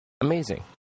Amazing